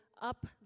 up